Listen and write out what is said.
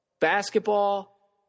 Basketball